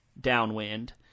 downwind